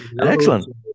Excellent